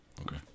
Okay